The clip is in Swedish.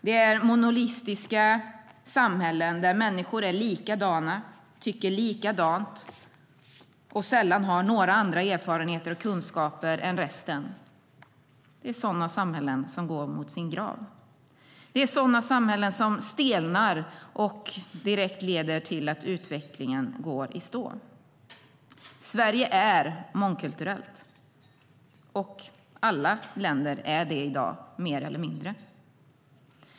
Det är monolitiska samhällen där människor är likadana, tycker likadant och sällan har andra erfarenheter och kunskaper än resten. Det är sådana samhällen som går mot sin grav. Det är sådana samhällen som stelnar och direkt leder till att utvecklingen går i stå. Sverige är mångkulturellt. Alla länder är det i dag, mer eller mindre.